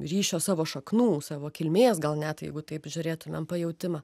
ryšio savo šaknų savo kilmės gal net jeigu taip žiūrėtumėm pajautimą